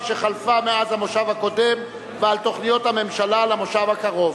שחלפה מאז המושב הקודם ועל תוכניות הממשלה למושב הקרוב.